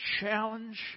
challenge